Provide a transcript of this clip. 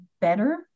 better